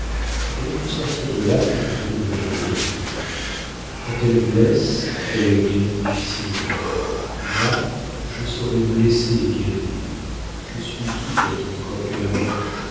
elle ne peut sortir de là que pour devenir léonine quand elle blesse elle guérit difficilement moi je saurai blesser et guérir je suis tout autre encore que ma mère